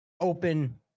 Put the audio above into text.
open